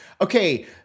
Okay